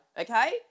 okay